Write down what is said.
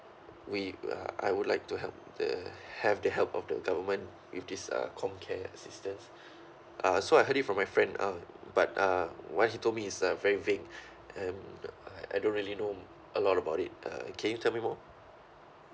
we uh I would like to help the have the help of the government with this uh com care assistance uh so I heard it from my friend uh but uh what he told me is uh very vague and I don't really know a lot about it uh can you tell me more